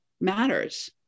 matters